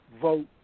vote